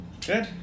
Good